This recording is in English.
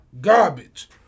garbage